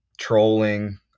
trolling